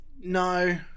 No